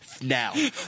now